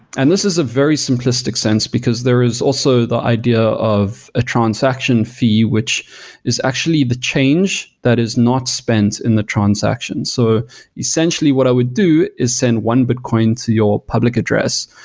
and this is a very simplistic sense, because there is also the idea of a transaction fee, which is actually the change that is not spent in the transaction. so essentially, what i would do is send one bitcoin to your public address.